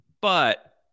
But-